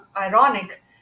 ironic